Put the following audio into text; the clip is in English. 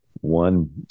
one